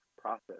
process